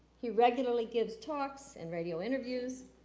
he regularly gives talks and radio interviews.